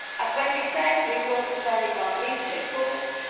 as wendy said, we've launched the bernie grant leadership course.